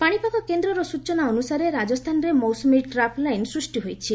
ପାଶିପାଗ କେନ୍ଦର ସୂଚନା ଅନୁସାରେ ରାଜସ୍ଚାନରେ ମୌସୁମୀ ଟ୍ରପ୍ ଲାଇନ୍ ସୂଷ୍ ହୋଇଛି